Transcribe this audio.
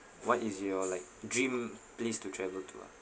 what is your like dream place to travel to ah